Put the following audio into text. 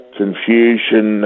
confusion